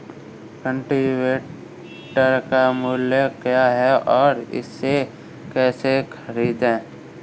Cultivator का मूल्य क्या है और इसे कैसे खरीदें?